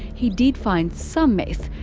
he did find some meth,